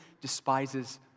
despises